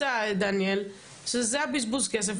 דניאל בר, שזה בזבוז כסף.